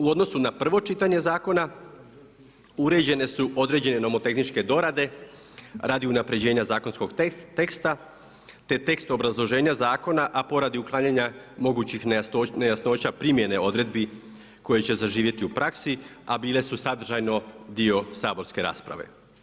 U odnosu na prvo čitanje zakona uređene su određene nomotehničke dorade radi unapređenja zakonskog teksta te tekst obrazloženja zakona a poradi uklanjanja mogućih nejasnoća primjene odredbi koje će zaživjeti u praksi a bile su sadržajno dio saborske rasprave.